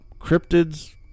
cryptids